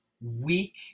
weak